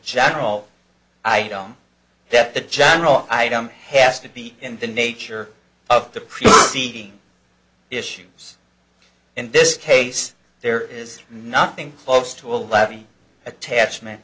general i don't that the general item has to be in the nature of the preceeding issues in this case there is nothing close to a levy attachment